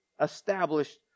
established